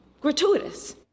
gratuitous